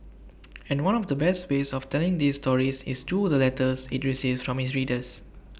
and one of the best ways of telling these stories is through the letters IT receives from its readers